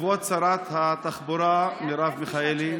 לכבוד שרת התחבורה מרב מיכאלי,